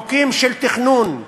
חוקים של תכנון,